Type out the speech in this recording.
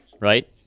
right